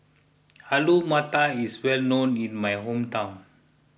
Alu Matar is well known in my hometown